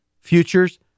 futures